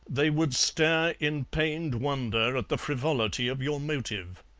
they would stare in pained wonder at the frivolity of your motive.